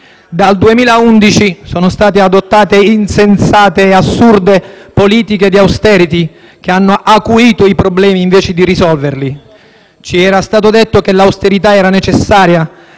Dal 2011 sono state adottate insensate e assurde politiche di *austerity* che hanno acuito i problemi invece di risolverli. Ci era stato detto che l'austerità era necessaria,